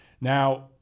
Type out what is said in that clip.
Now